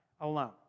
alone